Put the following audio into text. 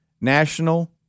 National